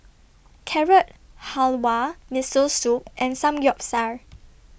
Carrot Halwa Miso Soup and Samgeyopsal